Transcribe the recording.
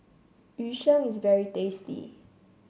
Yu Sheng is very tasty